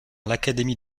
l’académie